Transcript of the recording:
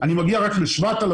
אני מגיע רק ל-7,100,